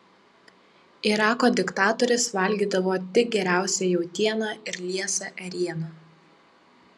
irako diktatorius valgydavo tik geriausią jautieną ir liesą ėrieną